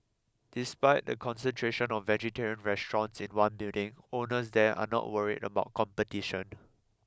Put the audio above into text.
despite the concentration of vegetarian restaurants in one building owners there are not worried about competition